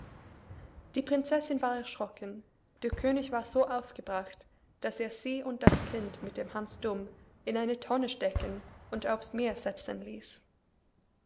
die prinzessin war erschrocken der könig war so aufgebracht daß er sie und das kind mit dem hans dumm in eine tonne stecken und aufs meer setzen ließ